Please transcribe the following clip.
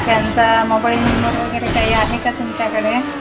त्यांचा mobile number वगैरे काही आहे का तुमच्याकडे